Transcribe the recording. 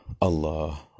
Allah